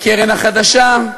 הקרן החדשה,